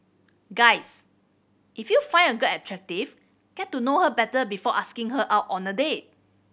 guys if you find a girl attractive get to know her better before asking her out on a date